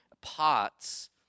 pots